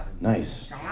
Nice